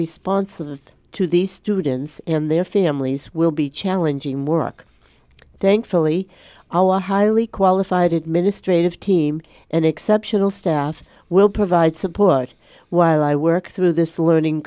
responsible to these students and their families will be challenging work thankfully our highly qualified administrative team and exceptional staff will provide support while i work through this learning